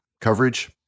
coverage